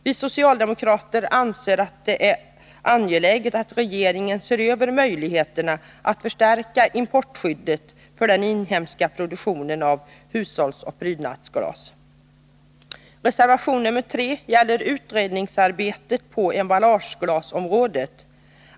Vi socialdemokrater anser det angeläget att regeringen ser över möjligheterna att förstärka importskyddet för den inhemska produktionen av hushållsoch prydnadsglas. Reservation 3 gäller utredningsarbetet på emballageglasområdet.